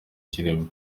kirimo